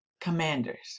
commanders